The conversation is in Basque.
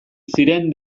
ziren